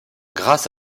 grâce